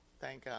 thank